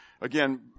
again